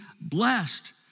blessed